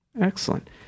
Excellent